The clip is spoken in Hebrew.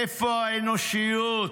איפה האנושיות